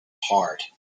hard